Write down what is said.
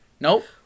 Nope